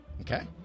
Okay